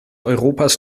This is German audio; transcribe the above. europas